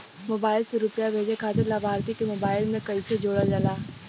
Mobile से रूपया भेजे खातिर लाभार्थी के मोबाइल मे कईसे जोड़ल जाला?